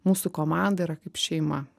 mūsų komanda yra kaip šeima